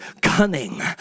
cunning